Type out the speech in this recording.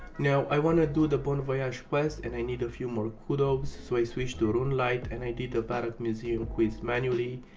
now i wanna do the bone voyage quest and i need a few more kudos so i switched to runelite and i did the varrok museum quizz manually,